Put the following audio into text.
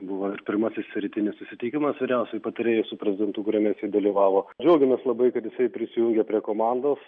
buvo ir pirmasis rytinis susitikimas vyriausiųjų patarėjų su prezidentu kuriame jisai dalyvavo džiaugiamės labai kad jisai prisijungė prie komandos